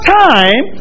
time